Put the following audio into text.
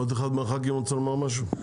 עוד אחד מהח"כים רוצה לומר משהו?